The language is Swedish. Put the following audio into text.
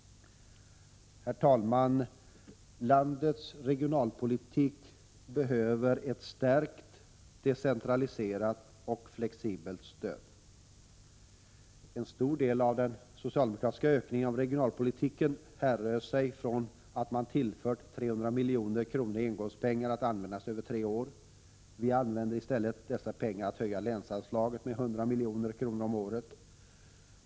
Herr talman! Landets regionalpolitik behöver ett stärkt decentraliserat och flexibelt stöd. En stor del av den socialdemokratiska ökningen av regionalpolitiken härrör sig från att man tillfört 300 milj.kr. i engångspengar att användas över tre år. Vi använder i stället dessa pengar till att höja länsanslaget med 100 miljoner om året.